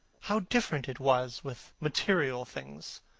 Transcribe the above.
how different it was with material things!